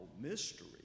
mystery